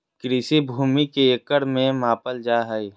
कृषि भूमि के एकड़ में मापल जाय हइ